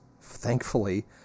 thankfully